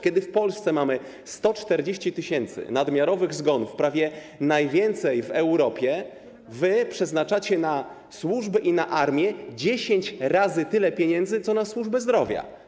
Kiedy w Polsce mamy 140 tys. nadmiarowych zgonów, prawie najwięcej w Europie, przeznaczacie na służby i na armię 10 razy tyle pieniędzy, co na służbę zdrowia.